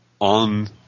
on